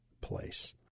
place